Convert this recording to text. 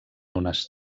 unes